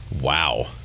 Wow